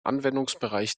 anwendungsbereich